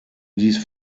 dies